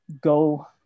go